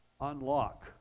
unlock